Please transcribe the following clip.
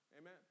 Amen